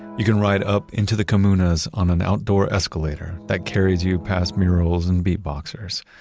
you can ride up into the comunas on an outdoor escalator that carries you past murals and beat-boxers.